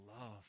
love